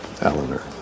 Eleanor